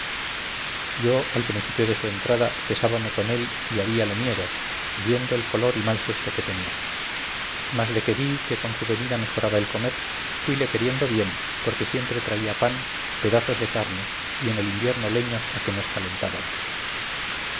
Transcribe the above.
yo al principio de su entrada pesábame con él y habíale miedo viendo el color y mal gesto que tenía mas de que vi que con su venida mejoraba el comer fuile queriendo bien porque siempre traía pan pedazos de carne y en el invierno leños a que nos calentábamos